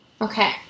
Okay